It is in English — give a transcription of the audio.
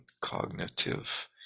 cognitive